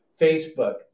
Facebook